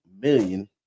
million